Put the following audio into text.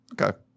Okay